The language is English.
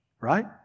Right